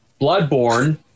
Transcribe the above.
Bloodborne